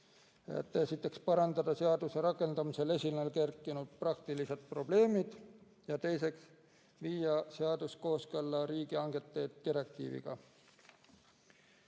esiteks, parandada seaduse rakendamisel esile kerkinud praktilised probleemid, ja teiseks, viia seadus kooskõlla riigihangete direktiiviga.